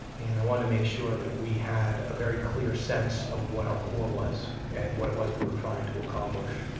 and i wanted to make sure that we had a very clear sense of what our core was and what it was we were trying to accomplish.